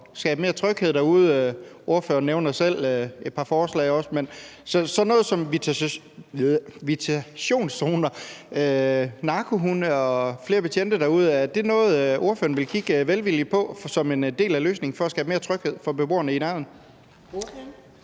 at skabe mere tryghed derude. Ordføreren nævner også selv et par forslag. Er sådan noget som visitationszoner, narkohunde og flere betjente derude noget, ordføreren vil kigge velvilligt på som en del af løsningen for at skabe mere tryghed for beboerne i nærheden?